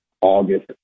August